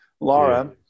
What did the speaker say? Laura –